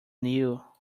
knew